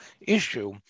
issue